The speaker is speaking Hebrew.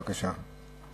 בבקשה.